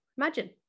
Imagine